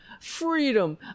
Freedom